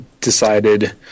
decided